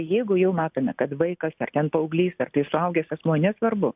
jeigu jau matome kad vaikas ar ten paauglys ar tai suaugęs asmuo nesvarbu